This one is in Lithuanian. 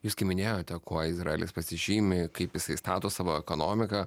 jūs kai minėjote kuo izraelis pasižymi kaip jisai stato savo ekonomiką